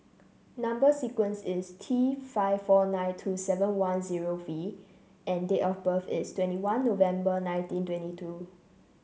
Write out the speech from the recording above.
number sequence is T five four nine two seven one zero V and date of birth is twenty one November nineteen twenty two